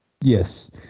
Yes